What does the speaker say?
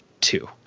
two